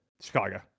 Chicago